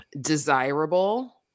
desirable